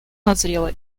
назрела